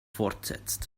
fortsetzt